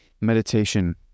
meditation